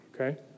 okay